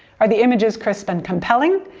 are the images crisp and compelling?